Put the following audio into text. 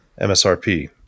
MSRP